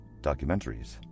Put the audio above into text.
Documentaries